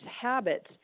habits